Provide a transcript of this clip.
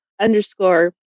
underscore